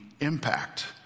impact